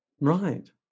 Right